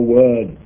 word